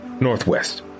Northwest